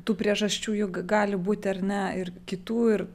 tų priežasčių juk gali būti ar ne ir kitų ir